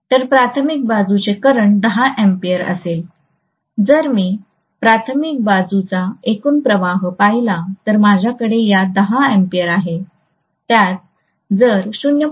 तर प्राथमिक बाजूचे करंट 10 A असेल जर मी प्राथमिक बाजूचा एकूण प्रवाह पाहिला तर माझ्याकडे या 10 A आहे त्यात जर 0